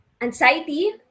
anxiety